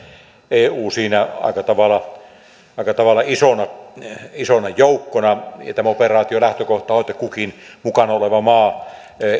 eu siinä aika tavalla aika tavalla isona isona joukkona tämän operaation lähtökohta on että kukin mukana oleva maa